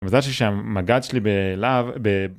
מזל ששם מג״ד שלי בלהב ב....